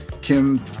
Kim